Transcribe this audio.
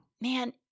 man